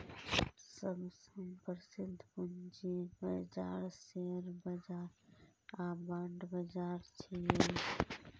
सबसं प्रसिद्ध पूंजी बाजार शेयर बाजार आ बांड बाजार छियै